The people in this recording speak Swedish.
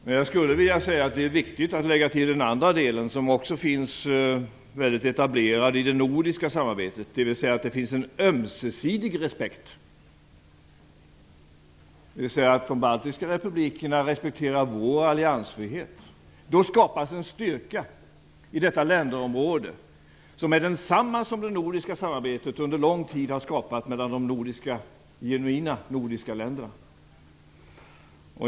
Men det är viktigt att lägga till en annan del som är etablerad i det nordiska samarbetet, nämligen en ömsesidig respekt, att de baltiska staterna respekterar vår alliansfrihet. Då skapas en styrka i detta länderområde som är densamma som det nordiska samarbetet under lång tid har skapat när det gäller de genuina nordiska länderna.